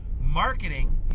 Marketing